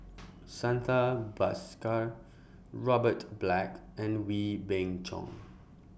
Santha Bhaskar Robert Black and Wee Beng Chong